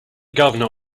governor